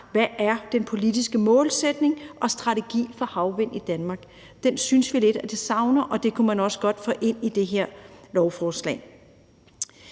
hvad den politiske målsætning og strategi for havvind i Danmark er. Det synes vi lidt vi savner i det her, og det kunne man godt få ind i det her lovforslag.